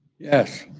yes.